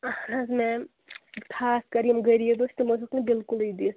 اہن حظ میم خاص کٔر یِم غریب ٲسۍ تِمو ہیٚوک نہٕ بلکُلٕے دِتھ